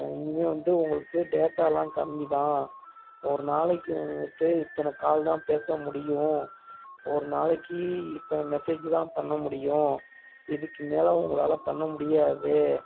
இனிமேல் வந்து உங்களுக்கு டேட்டா எல்லாம் கம்மி தான் ஒரு நாளைக்கு வந்துட்டு இத்தனை கால் தான் பேச முடியும் ஒரு நாளைக்கு இத்தனை மெசேஜு தான் பண்ண முடியும் இதுக்கு மேலே உங்களால் பண்ண முடியாது